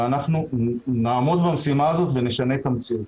ואנחנו נעמוד במשימה הזאת ונשנה את המציאות.